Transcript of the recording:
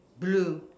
blue